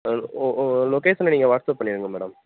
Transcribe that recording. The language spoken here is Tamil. ம் லொ லொ லொக்கேஷனை நீங்கள் வாட்ஸ்அப் பண்ணிடுங்க மேடம்